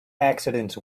accidents